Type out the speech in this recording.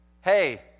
hey